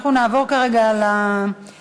אנחנו נעבור כרגע לדוברים.